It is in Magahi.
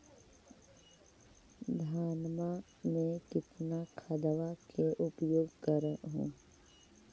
धानमा मे कितना खदबा के उपयोग कर हू?